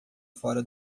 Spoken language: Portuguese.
fora